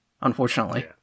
unfortunately